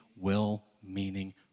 Well-meaning